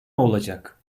olacak